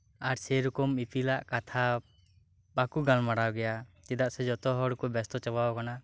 ᱟᱨ ᱥᱮᱨᱚᱠᱚᱢ ᱤᱯᱤᱞᱟᱜ ᱠᱟᱛᱷᱟ ᱵᱟᱠᱚ ᱜᱟᱞᱢᱟᱨᱟᱣ ᱜᱮᱭᱟ ᱪᱮᱫᱟᱜ ᱥᱮ ᱡᱚᱛᱚᱦᱚᱲ ᱠᱚ ᱵᱮᱥᱛᱚ ᱪᱟᱵᱟ ᱟᱠᱟᱱᱟ